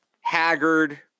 Haggard